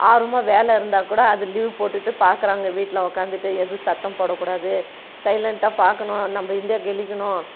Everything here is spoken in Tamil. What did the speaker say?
ஆர்வமாக வேலை இருந்தால் கூட அது லீவ் போட்டுவிட்டு பார்க்கறாங்க வீட்டில் உக்கார்ந்துட்டு எதுவும் சத்தம் போடக்கூடாது சைலண்ட்டாக பார்க்கணும் நம்ப இந்தியா கெலிக்கணும்